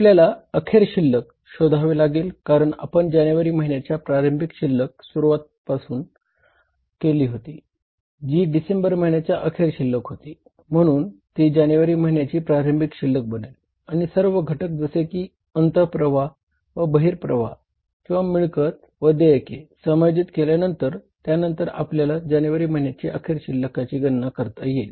आपल्याला अखेर शिल्लक समायोजित केल्यानंर त्यानंतर आपल्याला जानेवारी महिन्याच्या अखेर शिल्लकची गणना करावी लागेल